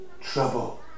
trouble